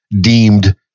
deemed